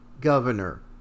governor